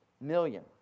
million